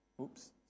Oops